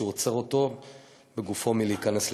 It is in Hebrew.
כשהוא עוצר אותו בגופו מלהיכנס לתוכה.